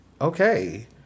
Okay